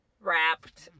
wrapped